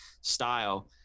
style